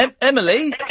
Emily